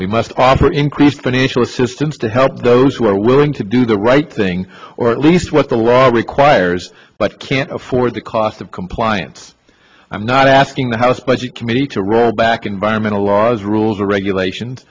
we must offer increased financial assistance to help those who are willing to do the right thing or at least what the law requires but can't afford the cost of compliance i'm not asking the house budget committee to roll back environmental laws rules or regulations